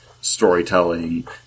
storytelling